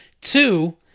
Two